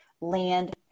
land